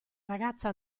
ragazza